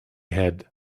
head